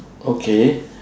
okay